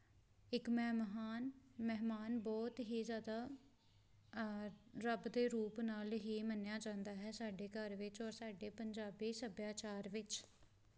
ਇੱਕ ਮਹਿਮਾਨ ਮਹਿਮਾਨ ਬਹੁਤ ਹੀ ਜ਼ਿਆਦਾ ਰੱਬ ਦੇ ਰੂਪ ਨਾਲ਼ ਹੀ ਮੰਨਿਆ ਜਾਂਦਾ ਹੈ ਸਾਡੇ ਘਰ ਵਿੱਚ ਔਰ ਸਾਡੇ ਪੰਜਾਬੀ ਸੱਭਿਆਚਾਰ ਵਿੱਚ